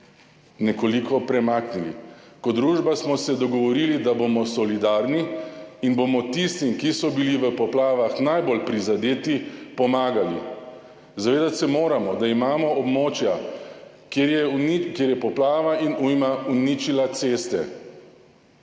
nekoliko premaknile. Kot družba smo se dogovorili, da bomo solidarni in bomo tistim, ki so bili v poplavah najbolj prizadeti, pomagali. Zavedati se moramo, da imamo območja, kjer sta poplava in ujma uničili ceste.